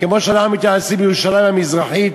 כמו שאנחנו מתייחסים לירושלים המזרחית,